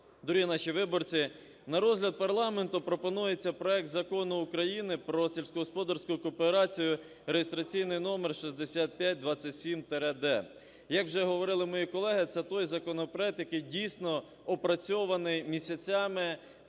дорогі наші виборці, на розгляд парламенту пропонується проект Закону України про сільськогосподарську кооперацію (реєстраційний номер 6527-д). Як вже говорили мої колеги, це той законопроект, який дійсно опрацьований місяцями в комітеті,